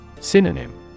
Synonym